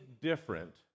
different